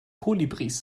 kolibris